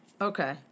Okay